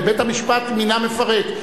בית-המפשט מינה מפרק,